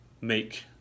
make